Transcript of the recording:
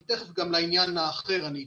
אבל תכף גם לעניין האחר אני אתייחס.